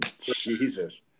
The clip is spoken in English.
Jesus